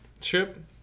ship